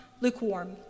lukewarm